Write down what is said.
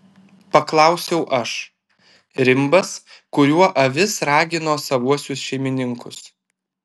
paklausiau aš rimbas kuriuo avis ragino savuosius šeimininkus